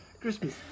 Christmas